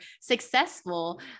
successful